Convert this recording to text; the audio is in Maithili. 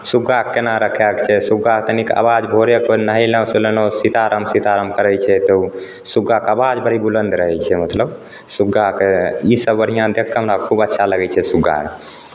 सुग्गा केना रखाए कऽ छै सुग्गा कनिक आवाज भोरे अपन नहयलहुँ सुनयलहुँ सीताराम सीताराम करै छै तऽ ओ सुग्गाके आवाज बड़ी बुलन्द रहै छै मतलब सुग्गाके इसभ बढ़िआँ देखि कऽ हमरा खूब अच्छा लगै छै सुग्गा